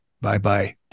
Bye-bye